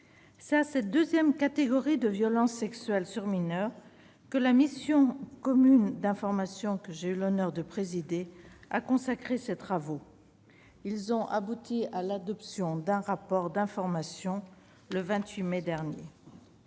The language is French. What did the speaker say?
C'est à cette seconde catégorie de violences sexuelles sur mineurs que la mission commune d'information que j'ai eu l'honneur de présider a consacré ses travaux. Ils ont abouti à l'adoption d'un rapport d'information le 28 mai dernier.